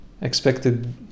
expected